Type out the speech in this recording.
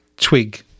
twig